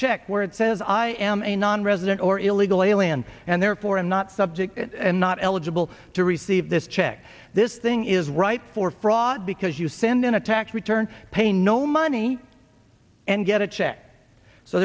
check where it says i am a nonresident or illegal alien and therefore i'm not subject and not eligible to receive this check this thing is right for fraud because you send in a tax return pay no money and get a check so